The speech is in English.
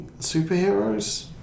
superheroes